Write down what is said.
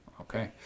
Okay